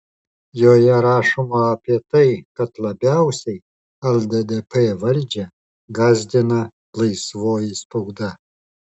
joje rašoma apie tai kad labiausiai lddp valdžią gąsdina laisvoji spauda